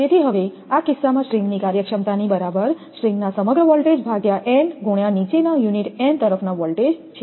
તેથી હવે આ કિસ્સામાં સ્ટ્રિંગની કાર્યક્ષમતાની બરાબર સ્ટ્રિંગના સમગ્ર વોલ્ટેજ ભાગ્યા n ગુણ્યા નીચેના યુનિટ n તરફના વોલ્ટેજ છે